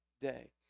day